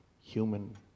human